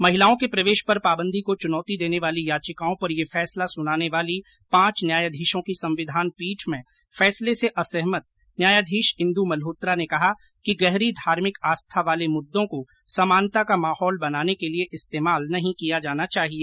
महिलाओं के प्रवेश पर पाबंदी को चुर्नाती देने वाली याचिकाओं पर यह फैसला सुनाने वाली पांच न्यायाधीशों की संविधान पीठ में फैसले से असहमत न्यायाधीश इंदू मल्होत्रा ने कहा कि गहरी धार्मिक आस्था वाले मुद्दों को समानता का माहौल बनाने के लिए इस्तेमाल नहीं किया जाना चाहिए